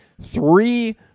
Three